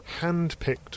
handpicked